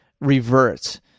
revert